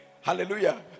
hallelujah